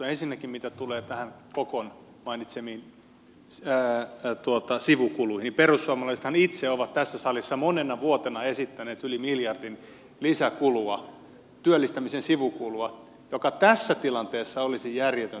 ensinnäkin mitä tulee näihin kokon mainitsemiin sivukuluihin perussuomalaisethan itse ovat tässä salissa monena vuotena esittäneet yli miljardin lisäkulua työllistämisen sivukulua mikä tässä tilanteessa olisi järjetöntä yrityksille